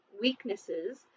weaknesses